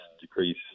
decrease